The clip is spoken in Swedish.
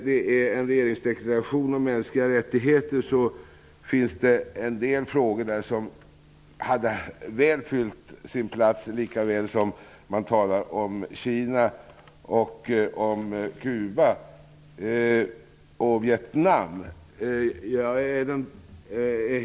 I en regeringsdeklaration om mänskliga rättigheter hade jag nog tänkt mig att en del andra frågor väl hade fyllt sin plats, lika väl som frågorna om Kina, Cuba och Vietnam.